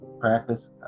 practice